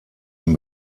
den